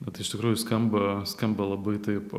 bet iš tikrųjų skamba skamba labai taip